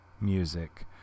Music